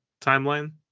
timeline